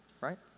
Right